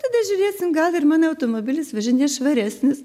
tada žiūrėsim gal ir mano automobilis važinės švaresnis